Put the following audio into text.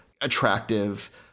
attractive